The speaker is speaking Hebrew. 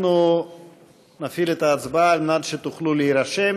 אנחנו נפעיל את ההצבעה כדי שתוכלו להירשם.